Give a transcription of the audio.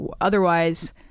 otherwise